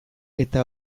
eta